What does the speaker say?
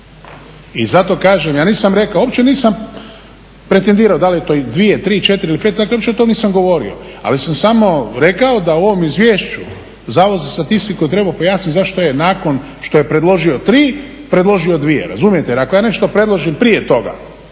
I zato kažem, ja nisam rekao, opće nisam pretendirao da li je to 2, 3, 4 ili 5, dakle opće o tome nisam govorio, ali sam samo rekao da u ovom izvješću Zavod za statistiku je trebao pojasniti zašto je nakon što je predložio 3, predložio 2. Razumijete? Jer ako ja nešto predložim prije toga